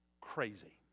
crazy